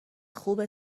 خوب